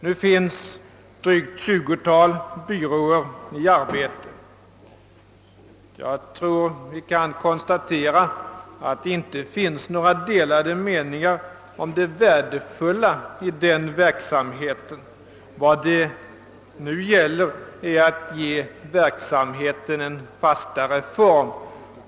Nu är drygt tjugotalet byråer i arbete. Jag tror man kan konstatera att det inte finns några delade meningar om det värdefulla i deras verksamhet. Vad det nu gäller är att ge verksamheten en fastare form.